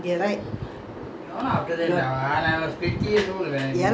how you go to india after that you went with your pa and ma to india right